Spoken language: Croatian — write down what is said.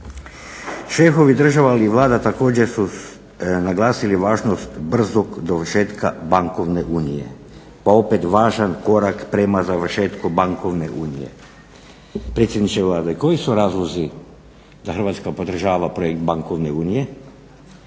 Šefovi država ili Vlada također su naglasili važnost brzog dovršetka bankovne unije, pa opet važan korak prema završetku bankovne unije. Predsjedniče Vlade koji su razlozi da Hrvatska podržava projekt bankovne unije,